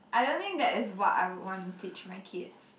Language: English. I don't think that is what I would want to teach my kids